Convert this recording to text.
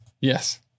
Yes